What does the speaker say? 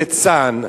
ליצן,